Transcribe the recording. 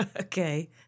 okay